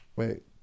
Wait